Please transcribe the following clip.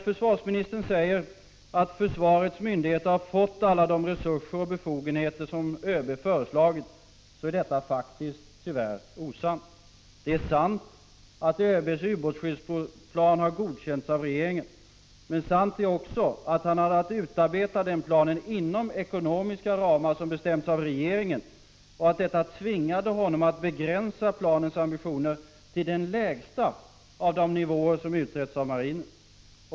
Försvarsministern säger att försvarets myndigheter har fått alla de resurser och befogenheter som ÖB har föreslagit, men detta är tyvärr osant. Det är sant att ÖB:s ubåtsskyddsplan har godkänts av regeringen, men sant är också att ÖB hade att utarbeta den planen inom ekonomiska ramar som bestämts av regeringen och att detta tvingade honom att begränsa planens ambitioner till den lägsta av de nivåer som utretts av marinen.